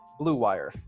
BLUEWIRE